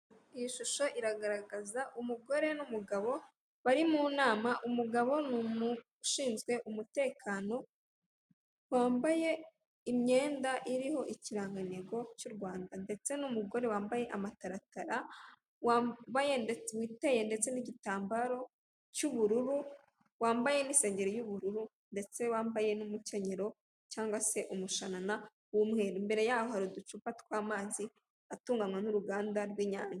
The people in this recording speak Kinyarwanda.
Iyi shusho iragaragaza umugore n'umugabo bari mu nama umugabo ni umuntu ushinzwe umutekano wambaye imyenda iriho ikirangantego cy'u rwanda ndetse n'umugore wambaye amataratara wambaye, witeye ndetse n'igitambaro cy'ubururu, wambaye n'isengeri y'ubururu, ndetse wambaye n'umukenyero cyangwa se umushanana w'umweru imbere y'aho hari uducupa tw'amazi atunganywa n'uruganda rw'inyange.